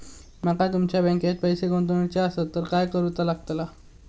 माका तुमच्या बँकेत पैसे गुंतवूचे आसत तर काय कारुचा लगतला?